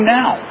now